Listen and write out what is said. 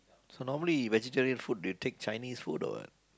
so normally vegetarian food do you take Chinese food or what